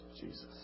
Jesus